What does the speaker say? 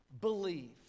believe